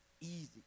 easy